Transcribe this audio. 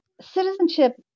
Citizenship